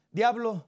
diablo